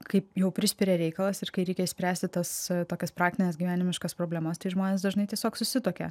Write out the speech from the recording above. kaip jau prispiria reikalas ir kai reikia išspręsti tas tokias praktines gyvenimiškas problemas tai žmonės dažnai tiesiog susituokia